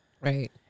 right